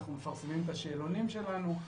אנחנו מפרסמים את השאלונים שלנו.